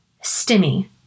stimmy